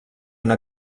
una